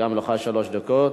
גם לך שלוש דקות.